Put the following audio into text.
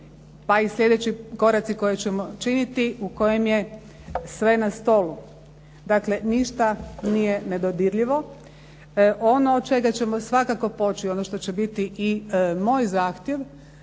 pa i sljedeći koraci koje ćemo činiti u kojem je sve na stolu. Dakle, ništa nije nedodirljivo. Ono od čega ćemo svakako poći, ono što će biti i moj zahtjev